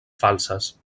falses